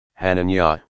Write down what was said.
Hananya